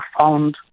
found